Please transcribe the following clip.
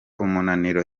umunaniro